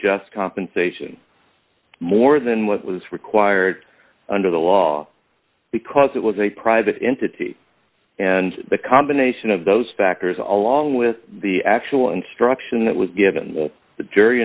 just compensation more than what was required under the law because it was a private entity and the combination of those factors along with the actual instruction that was given the jury